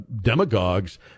demagogues